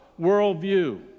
worldview